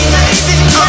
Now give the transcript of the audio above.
Amazing